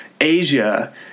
Asia